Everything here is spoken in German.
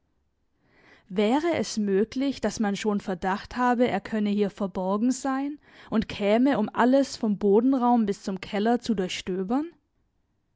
wäre es möglich daß man schon verdacht habe er könne hier verborgen sein und käme um alles vom bodenraum bis zum keller zu durchstöbern